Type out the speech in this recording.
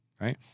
Right